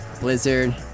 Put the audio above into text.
Blizzard